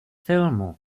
filmu